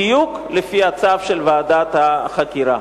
בדיוק לפי הצו של ועדת החקירה.